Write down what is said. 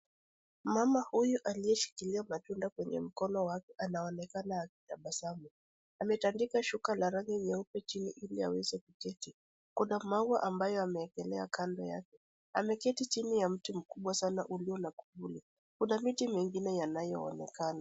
Mama huyu aliyeshikilia matunda kwenye mkono wake anaonekana akitabasamu. Ametandika shuka la rangi nyeupe chini ili aweze kuketi. Kuna maua ambayo ameekelea kando yake. Ameketi chini ya mti mkubwa sana ulio na kivuli. Kuna miti mingine yanayoonekana.